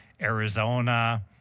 Arizona